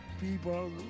people